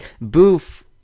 Boof